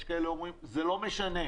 זה לא משנה.